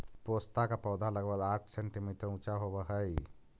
पोस्ता का पौधा लगभग साठ सेंटीमीटर ऊंचा होवअ हई